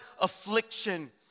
affliction